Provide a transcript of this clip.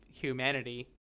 humanity